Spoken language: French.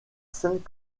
sainte